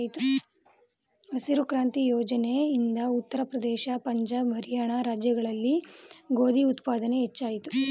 ಹಸಿರು ಕ್ರಾಂತಿ ಯೋಜನೆ ಇಂದ ಉತ್ತರ ಪ್ರದೇಶ, ಪಂಜಾಬ್, ಹರಿಯಾಣ ರಾಜ್ಯಗಳಲ್ಲಿ ಗೋಧಿ ಉತ್ಪಾದನೆ ಹೆಚ್ಚಾಯಿತು